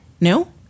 No